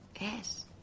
Yes